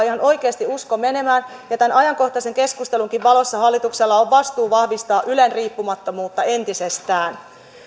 ihan oikeasti usko menemään ja tämän ajankohtaisen keskustelunkin valossa hallituksella on vastuu vahvistaa ylen riippumattomuutta entisestään